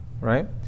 right